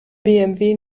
bmw